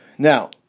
Now